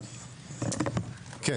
אוקיי.